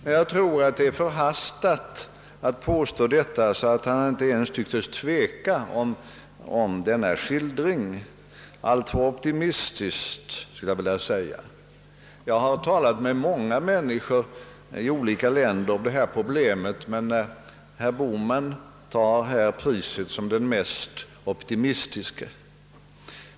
Men jag tror att det är förhastat att påstå detta med sådan visshet; han tycktes inte på något sätt tveka om riktigheten av sin skildring. Det är alltför optimistiskt, skulle jag vilja säga. Jag har talat med många människor i olika länder om detta problem, och herr Bohman tar priset som den mest optimistiske.